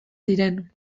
ziren